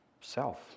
Self